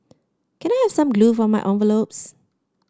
can I have some glue for my envelopes